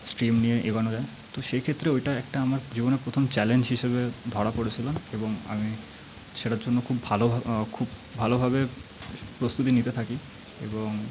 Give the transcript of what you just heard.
stream নিয়ে এগোনো যায় তো সেইক্ষেত্রে ওইটা একটা আমার জীবনে প্রথম চ্যালেঞ্জ হিসাবে ধরা পড়েছিলো এবং আমি সেটার জন্য খুব খুব ভালোভাবে প্রস্তুতি নিতে থাকি এবং